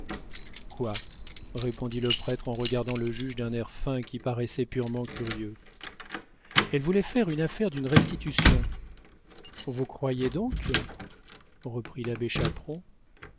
quoi répondit le prêtre en regardant le juge d'un air fin qui paraissait purement curieux elle voulait faire une affaire de restitution vous croyez donc reprit l'abbé chaperon